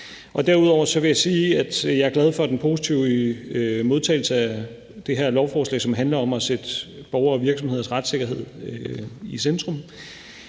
Derudover vil jeg sige, at jeg er glad for den positive modtagelse af det her lovforslag, som handler om at sætte borgeres og virksomheders retssikkerhed i centrum.